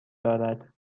دارد